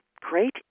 great